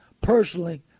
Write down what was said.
personally